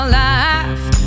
life